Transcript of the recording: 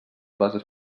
bases